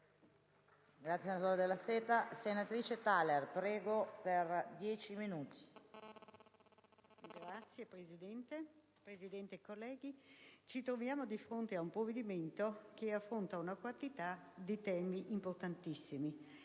Signora Presidente, onorevoli colleghi, ci troviamo di fronte ad un provvedimento che affronta una quantità di temi importantissimi,